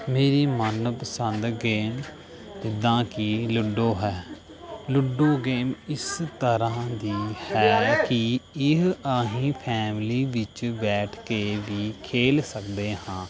ਮੇਰੀ ਮਨਪਸੰਦ ਗੇਮ ਜਿੱਦਾਂ ਕਿ ਲੂਡੋ ਹੈ ਲੂਡੋ ਗੇਮ ਇਸ ਤਰ੍ਹਾਂ ਦੀ ਹੈ ਕਿ ਇਹ ਅਸੀਂ ਫੈਮਲੀ ਵਿੱਚ ਬੈਠ ਕੇ ਵੀ ਖੇਡ ਸਕਦੇ ਹਾਂ